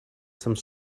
some